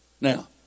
Now